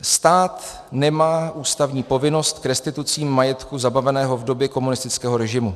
Stát nemá ústavní povinnost k restitucím majetku zabaveného v době komunistického režimu.